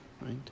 right